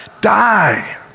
die